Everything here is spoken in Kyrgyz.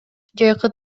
жайкы